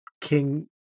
King